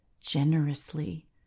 generously